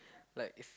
like is